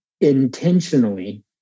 intentionally